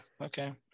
Okay